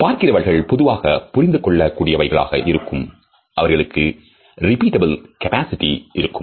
பார்க்கிறவர்கள் பொதுவாக புரிந்து கொள்ளக் கூடியவையாக இருக்கும் அவர்களுக்கு repeatable capability இருக்கும்